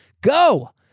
go